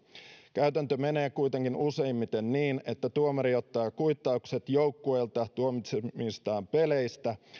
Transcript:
käytäntö menee kuitenkin useimmiten niin että tuomari ottaa kuittaukset joukkueelta tuomitsemistaan peleistä